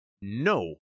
No